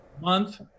month